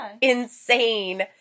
insane